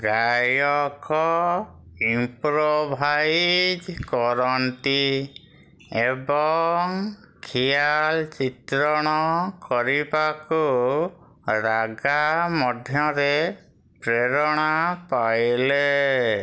ଗାୟକ ଇମ୍ପ୍ରୋଭାଇଜ୍ କରନ୍ତି ଏବଂ ଖିଆଲ୍ ଚିତ୍ରଣ କରିବାକୁ ରାଗା ମଧ୍ୟରେ ପ୍ରେରଣା ପାଇଲେ